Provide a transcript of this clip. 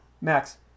Max